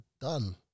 done